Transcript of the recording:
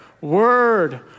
word